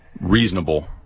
reasonable